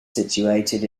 situated